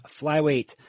flyweight